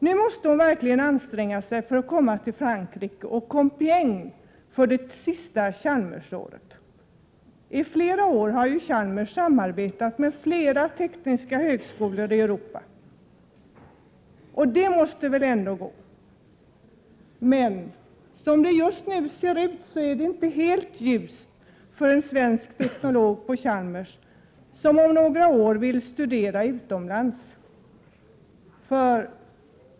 Nu måste hon verkligen anstränga sig för att komma till Frankrike och Compiégne för det sista Chalmersåret. I flera år har ju Chalmers samarbetat med flera tekniska högskolor i Europa, och detta måste väl ändå vara möjligt? Men som det just nu ser ut är det inte helt ljust för en svensk teknolog på Chalmers som om några år vill studera utomlands.